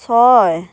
ছয়